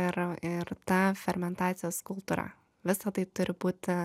ir ir ta fermentacijos kultūra visa tai turi būti